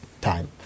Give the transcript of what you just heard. time